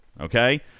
okay